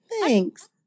thanks